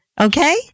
Okay